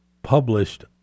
published